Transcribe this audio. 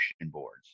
boards